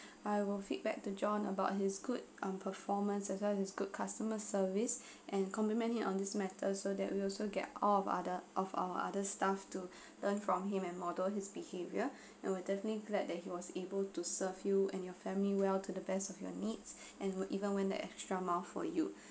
I will feedback to john about his good uh performance as long as it's good customer service and compliment him on this matter so that we also get all of other of our other staff to learn from him and model his behaviour and will definitely glad that he was able to serve you and your family well to the best of your needs and will even went the extra mile for you